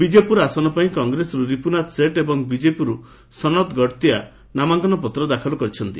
ବିଜେପୁର ଆସନ ପାଇଁ କଂଗ୍ରେସରୁ ରିପୁନାଥ ସେଟ ଏବଂ ବିଜେପିର୍ ସନତ ଗଡ଼ତିଆ ନାମାଙ୍କନପତ୍ର ଦାଖଲ କରିଛନ୍ତି